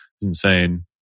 insane